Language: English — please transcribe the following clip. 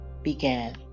began